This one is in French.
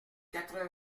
quatre